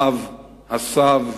האב והסב,